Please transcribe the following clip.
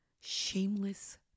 Shameless